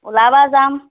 ওলাবা যাম